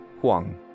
Huang